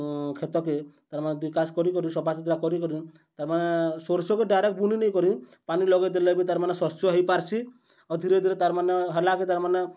କ୍ଷେତ୍'କେ ତା'ର୍ମାନେ ବିକାଶ କରିକରି ସଫାସୁତୁରା କରିକରି ତା'ର୍ମାନେ ସୁର୍ଷୋକେ ଡାଇରେକ୍ଟ ବୁନି ନେଇକରି ପାନି ଲଗେଇଦେଲେ ବି ତା'ର୍ମାନେ ଶସ୍ୟ ହେଇପାର୍ସି ଆଉ ଧୀରେ ଧୀରେ ତା'ର୍ମାନେ ହେଲାକି ତା'ର୍ମାନେ